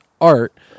art